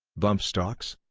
bump stocks?